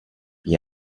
gli